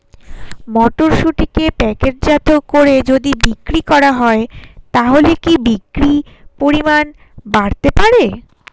মটরশুটিকে প্যাকেটজাত করে যদি বিক্রি করা হয় তাহলে কি বিক্রি পরিমাণ বাড়তে পারে?